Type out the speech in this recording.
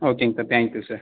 ஓகேங்க sir thank you sir